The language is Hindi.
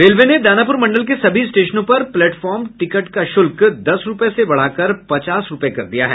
रेलवे ने दानापुर मंडल के सभी स्टेशनों पर प्लेटफॉर्म टिकट का शुल्क दस रुपये से बढ़ाकर पचास रूपये कर दिया है